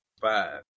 five